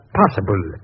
possible